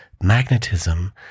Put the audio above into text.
magnetism